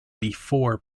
before